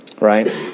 Right